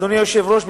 אדוני היושב-ראש,